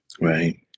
Right